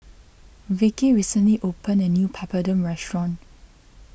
Vicki recently opened a new Papadum restaurant